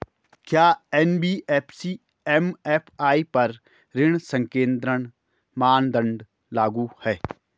क्या NBFC MFI पर ऋण संकेन्द्रण मानदंड लागू हैं?